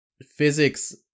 Physics